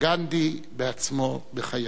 גנדי בעצמו בחייו.